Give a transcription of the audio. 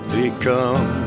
become